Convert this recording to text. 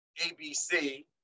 ABC